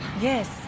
Yes